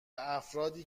افرادی